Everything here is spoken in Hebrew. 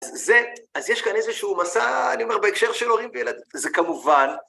אז זה, אז יש כאן איזשהו מסע, אני אומר, בהקשר של הורים וילדים. זה כמובן.